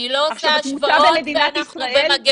אני לא עושה השוואות, ואנחנו במגפה.